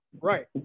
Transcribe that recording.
right